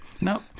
No